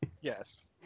Yes